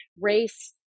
race